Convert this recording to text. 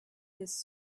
his